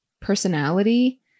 personality